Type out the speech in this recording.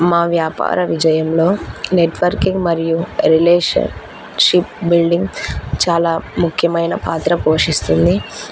మా వ్యాపార విజయంలో నెట్వర్కింగ్ మరియు రిలేషన్షిప్ బిల్డింగ్ చాలా ముఖ్యమైన పాత్ర పోషిస్తుంది